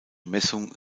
messung